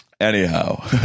Anyhow